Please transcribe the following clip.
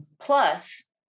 plus